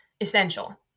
essential